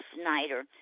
Snyder